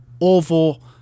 oval